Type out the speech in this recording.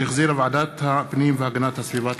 שהחזירה ועדת הפנים והגנת הסביבה.